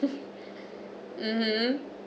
mmhmm